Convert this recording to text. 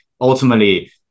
ultimately